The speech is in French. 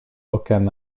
aucun